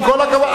עם כל הכבוד.